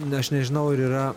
na aš nežinau ar yra